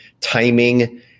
timing